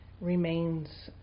remains